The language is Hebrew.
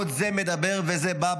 עוד זה מדבר וזה בא,